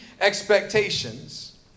expectations